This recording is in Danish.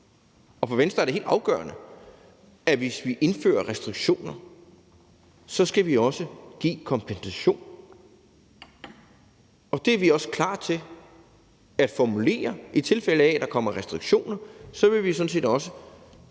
er for Venstre helt afgørende, at man, hvis man indfører restriktioner, så også skal give en kompensation. Det er vi også klar til at formulere, og i tilfælde af, at der kommer restriktioner, vil vi sådan set også